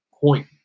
point